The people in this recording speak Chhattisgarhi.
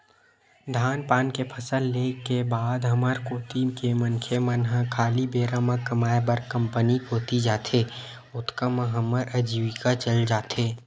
धान पान के फसल ले के बाद हमर कोती के मनखे मन ह खाली बेरा म कमाय बर कंपनी कोती जाथे, ओतका म हमर अजीविका चल जाथे